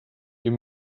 you